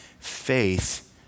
faith